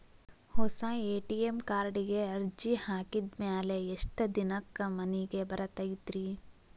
ಹೊಸಾ ಎ.ಟಿ.ಎಂ ಕಾರ್ಡಿಗೆ ಅರ್ಜಿ ಹಾಕಿದ್ ಮ್ಯಾಲೆ ಎಷ್ಟ ದಿನಕ್ಕ್ ಮನಿಗೆ ಬರತೈತ್ರಿ?